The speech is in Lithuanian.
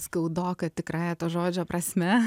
skaudoka tikrąja to žodžio prasme